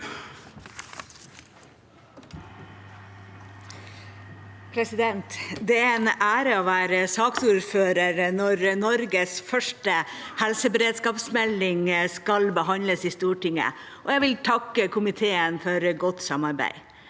for saken): Det er en ære å være saksordfører når Norges første helseberedskapsmelding skal behandles i Stortinget, og jeg vil takke komiteen for godt samarbeid.